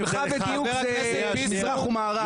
ממך ודיוק זה מזרח ומערב.